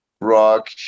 rock